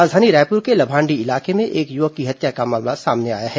राजधानी रायपुर के लभांडी इलाके में एक युवक की हत्या का मामला सामने आया है